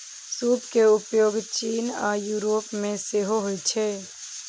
सूप के उपयोग चीन आ यूरोप मे सेहो होइ छै